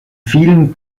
vielen